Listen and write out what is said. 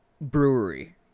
brewery